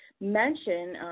mention